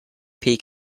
peak